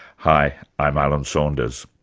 hi, i'm alan saunders.